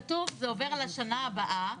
לפי מה שכתוב זה עובר לשנה הבאה,